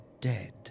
dead